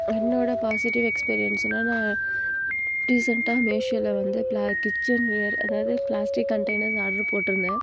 என்னோடய positive experience என்னென்னா ரீசெண்டாக மீஸோவில் வந்து ப்ல கிச்சன் வியர் அதாவது பிளாஸ்டிக் கண்டெய்னர்ஸ் ஆர்ட்ரு போட்டுருந்தேன்